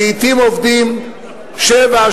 שלעתים עובדים שבע,